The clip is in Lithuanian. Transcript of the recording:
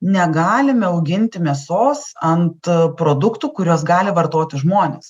negalime auginti mėsos ant produktų kuriuos gali vartoti žmonės